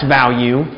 value